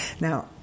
Now